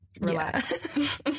Relax